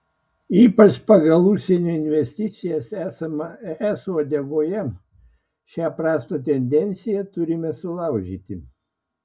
ypač pagal užsienio investicijas esame es uodegoje šią prastą tendenciją turime sulaužyti